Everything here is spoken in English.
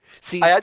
See